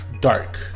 dark